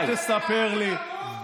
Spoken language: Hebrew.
אל תספר לי,